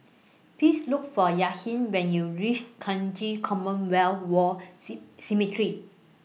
Please Look For Yahir when YOU REACH Kranji Commonwealth War C Cemetery